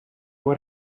what